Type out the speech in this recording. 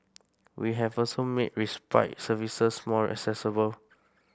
we have also made respite services more accessible